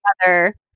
together